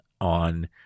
on